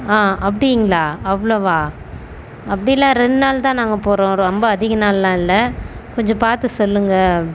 அப்படிங்களா அவ்வளோவா அப்படிலாம் நாங்கள் ரெண்டு நாள் தான் நாங்கள் போகிறோம் ரொம்ப அதிக நாள்லாம் இல்லை கொஞ்சம் பார்த்து சொல்லுங்கள்